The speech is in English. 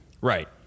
Right